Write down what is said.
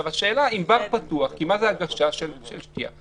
השאלה מה זה הגשה של שתייה?